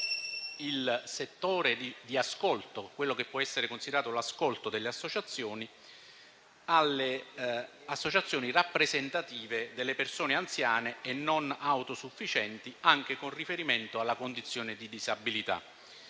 sostanzialmente quello che può essere considerato il settore di ascolto delle associazioni a quelle associazioni rappresentative delle persone anziane e non autosufficienti anche con riferimento alla condizione di disabilità.